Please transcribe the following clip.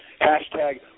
Hashtag